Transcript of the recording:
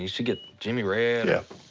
you should get jimmy red or yeah,